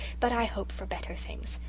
but i hope for better things.